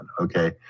okay